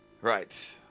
Right